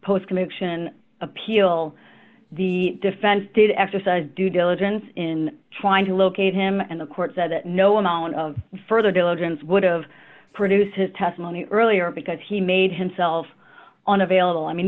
post conviction appeal the defense did exercise due diligence in trying to locate him and the court said that no amount of further diligence would have produced his testimony earlier because he made himself on available i mean